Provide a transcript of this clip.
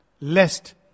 Lest